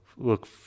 look